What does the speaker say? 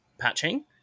patching